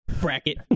bracket